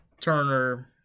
Turner